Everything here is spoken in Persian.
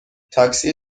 تاکسی